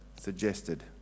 suggested